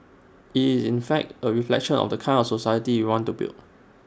IT is in fact A reflection of the kind of society we want to build